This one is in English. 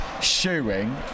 shoeing